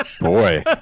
boy